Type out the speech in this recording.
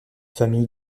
famille